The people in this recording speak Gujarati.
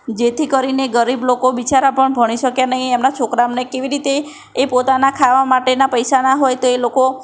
જેથી કરીને ગરીબ લોકો બિચારા પણ ભણી શકે નહીં એમના છોકરાઓને કેવી રીતે એ પોતાના ખાવા માટેના પૈસા ના હોય તો એ લોકો